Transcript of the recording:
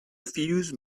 fuse